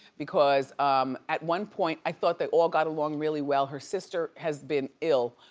because um at one point i thought they all got along really well. her sister has been ill